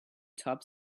top